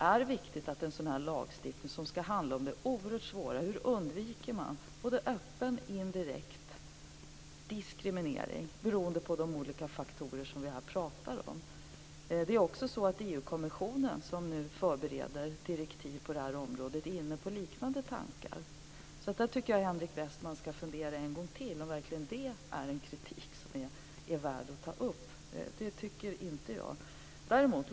Den här lagstiftningen ska handla om den oerhört svåra frågan hur man undviker både öppen och indirekt diskriminering, beroende på de olika faktorer som vi här pratar om. EU-kommissionen, som nu förbereder direktiv på det här området, är inne på liknande tankar. Jag tycker att Henrik Westman ska fundera en gång till om det verkligen är en kritik som är värd att ta upp. Jag tycker inte det.